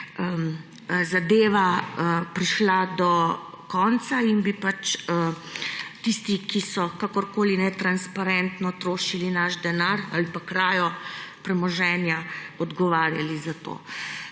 zadeva prišla do konca in bi pač tisti, ki so kakorkoli netransparentno trošili naš denar ali pa zaradi kraje premoženja odgovarjali za to.